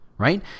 right